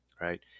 right